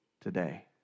today